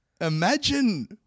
Imagine